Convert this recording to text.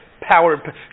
power